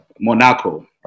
Monaco